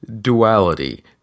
duality